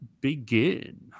begin